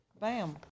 Bam